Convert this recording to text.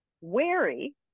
wary